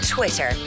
Twitter